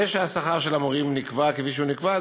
זה שהשכר של המורים נקבע כפי שהוא נקבע,